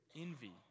envy